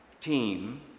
team